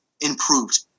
improved